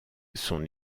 son